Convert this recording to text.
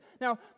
Now